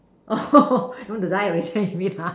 oh you want to die already you mean ha